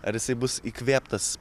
ar jisai bus įkvėptas